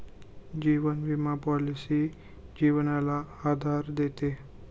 जीवन विमा पॉलिसी जीवनाला आधार देते